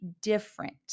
different